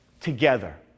together